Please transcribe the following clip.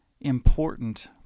important